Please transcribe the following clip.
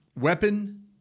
weapon